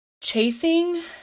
chasing